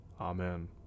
Amen